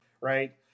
right